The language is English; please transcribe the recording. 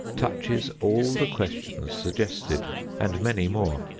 touches all the questions suggested and many more.